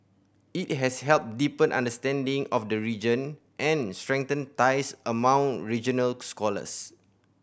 it has helped deepen understanding of the region and strengthened ties among regional scholars